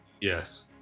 Yes